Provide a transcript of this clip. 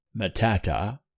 Matata